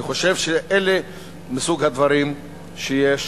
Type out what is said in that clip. אני חושב שזה מסוג הדברים שיש